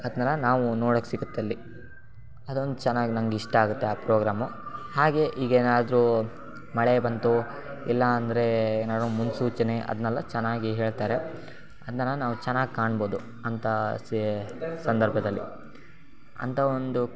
ಅದನ್ನೆಲ್ಲ ನಾವು ನೋಡಕ್ಕೆ ಸಿಗುತ್ತೆ ಅಲ್ಲಿ ಅದೊಂದು ಚೆನ್ನಾಗಿ ನಂಗೆ ಇಷ್ಟ ಆಗುತ್ತೆ ಆ ಪ್ರೋಗ್ರಾಮು ಹಾಗೇ ಈಗ ಏನಾದರೂ ಮಳೆ ಬಂತು ಇಲ್ಲ ಅಂದರೆ ಏನಾದ್ರು ಮುನ್ಸೂಚನೆ ಅದ್ನೆಲ್ಲ ಚೆನ್ನಾಗಿ ಹೇಳ್ತಾರೆ ಅದನ್ನೆಲ್ಲ ನಾವು ಚೆನ್ನಾಗಿ ಕಾಣ್ಬೋದು ಅಂಥ ಸಿ ಸಂದರ್ಭದಲ್ಲಿ ಅಂಥ ಒಂದು